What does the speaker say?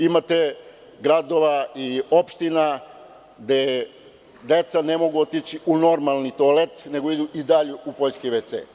Imate gradove i opštine gde deca ne mogu otići u normalni toalet, već idu i dalje u poljski VC.